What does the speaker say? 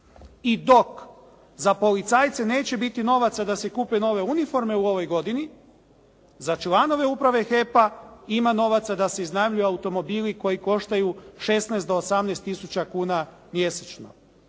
I dok za policajce neće biti novaca da si kupe nove uniforme u ovoj godini za članove uprave HEP-a ima novaca da se iznajmljuju automobili koji koštaju 16 do 18 tisuća kuna mjesečno.